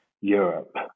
Europe